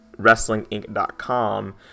wrestlinginc.com